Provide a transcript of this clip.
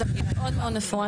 זה לא מספיק לצרכי ביטוח.